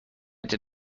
did